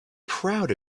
proud